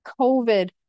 COVID